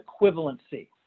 equivalency